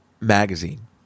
Magazine